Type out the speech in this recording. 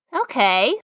Okay